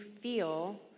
feel